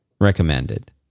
recommended